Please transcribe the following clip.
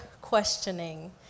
questioning